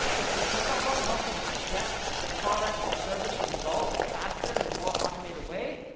if the check out bump helps them get the product, the service, the results faster in a more automated way,